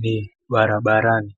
Ni barabarani.